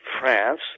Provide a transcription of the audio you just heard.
France